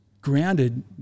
grounded